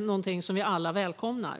något vi alla välkomnar.